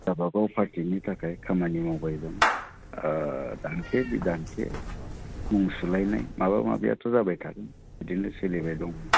गाबा गाव पार्टिनि थाखाय खामानि मावबाय दं ओह दान्थे बिदान्थे मुं सुलायनाय माबा माबियाथ' जाबाय थागोन बिदिनो सोलिबाय दं